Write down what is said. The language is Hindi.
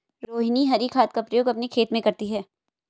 रोहिनी हरी खाद का प्रयोग अपने खेत में करती है